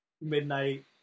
midnight